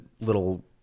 little